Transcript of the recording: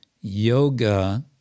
yoga